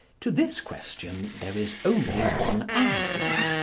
to this question there is only one answer.